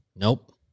Nope